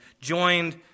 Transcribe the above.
joined